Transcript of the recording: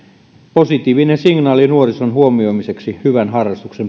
positiivinen signaali nuorison huomioimisesta hyvän harrastuksen